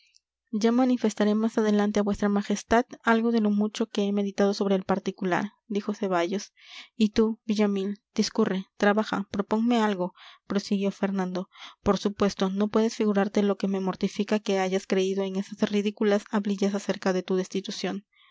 ya manifestaré más adelante a vuestra majestad algo de lo mucho que he meditado sobre el particular dijo ceballos y tú villamil discurre trabaja proponme algo prosiguió fernando por supuesto no puedes figurarte lo que me mortifica que hayas creído en esas ridículas hablillas acerca de tu destitución